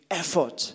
effort